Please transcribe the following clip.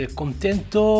contento